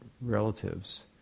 relatives